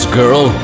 girl